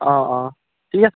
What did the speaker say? অ অ ঠিক আছে